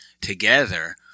together